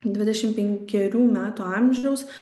dvidešim penkerių metų amžiaus